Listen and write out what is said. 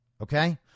okay